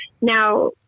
Now